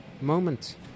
moment